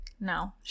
No